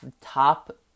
top